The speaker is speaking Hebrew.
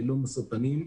ללא משוא פנים,